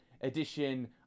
edition